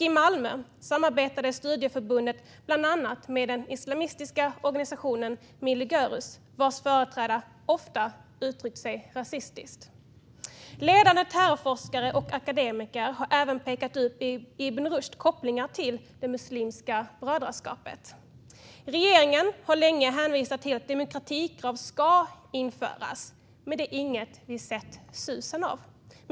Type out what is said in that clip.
I Malmö samarbetade studieförbundet bland annat med den islamistiska organisationen Millî Görüs, vars företrädare ofta uttryckt sig rasistiskt. Ledande terrorforskare och akademiker har även pekat ut Ibn Rushds kopplingar till Muslimska brödraskapet. Regeringen har länge hänvisat till att demokratikrav ska införas, men det är inget vi har sett susen av.